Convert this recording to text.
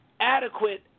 adequate